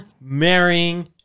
marrying